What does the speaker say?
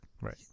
right